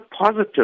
positive